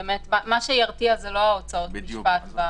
מה שירתיע זה לא הוצאות המשפט.